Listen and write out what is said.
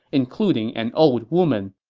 including an old woman.